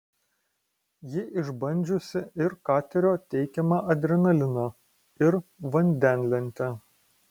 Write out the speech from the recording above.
ji išbandžiusi ir katerio teikiamą adrenaliną ir vandenlentę